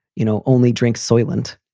you know, only drink soyland.